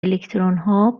الکترونها